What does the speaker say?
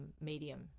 medium